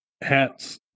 Hats